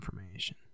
information